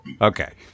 Okay